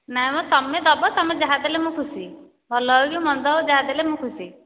ନାଇ ମ ତମେ ଦେବ ତେମେ ଯାହା ଦେଲେ ମୁଁ ଖୁସି ଭଲ ହେଉ କି ମନ୍ଦ ହେଉ ଯାହାଦେଲେ ମୁଁ ଖୁସି